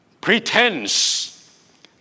pretense